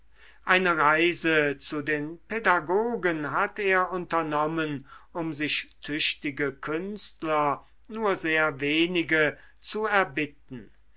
eine reise zu den pädagogen hat er unternommen um sich tüchtige künstler nur sehr wenige zu erbitten